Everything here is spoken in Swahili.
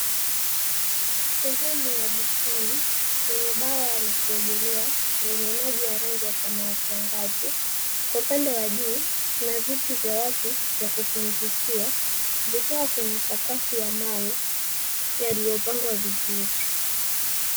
Sehemu ya bustani yenye bwawa la kuogelea, yenye maji ya rangi ya samawati angavu. Kwa upande wa juu kuna viti vya watu vya kupumzikia vikiwa kwenye sakafu ya mawe yaliyopangwa vizuri.